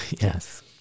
Yes